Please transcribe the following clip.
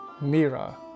Mira